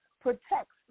protects